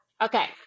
Okay